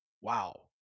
wow